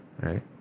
right